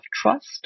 trust